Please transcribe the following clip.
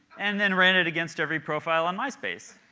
and then ran it against every profile on myspace.